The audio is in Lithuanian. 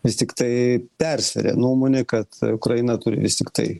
vis tiktai persvėrė nuomonė kad ukraina turi vis tiktai